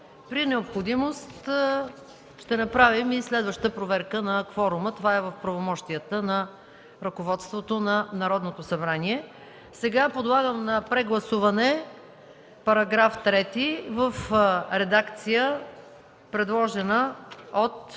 При необходимост ще направим и следваща проверка на кворума. Това е в правомощията на ръководството на Народното събрание. Подлагам на прегласуване § 3 в редакция, предложена от